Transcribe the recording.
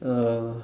uh